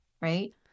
Right